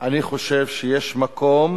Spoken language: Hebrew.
אני חושב שיש מקום